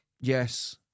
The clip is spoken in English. Yes